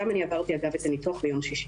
שם עברתי את הניתוח ביום שישי.